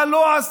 מה היא לא עשתה